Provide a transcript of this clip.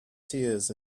tears